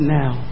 now